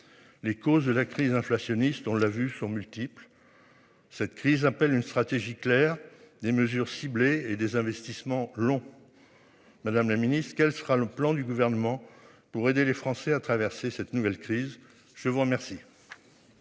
Les causes de la crise inflationniste. On l'a vu sont multiples. Cette crise appelle une stratégie claire des mesures ciblées et des investissements long. Madame la Ministre quel sera le plan du gouvernement pour aider les Français à traverser cette nouvelle crise. Je vous remercie.